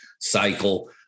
cycle